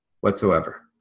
whatsoever